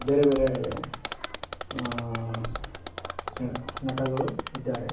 ಬೇರೆ ಬೇರೆ ನಟಗಳು ಇದ್ದಾರೆ